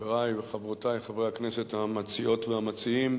חברי וחברותי חברי הכנסת המציעות והמציעים,